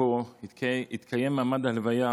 מפה התקיים מעמד ההלוויה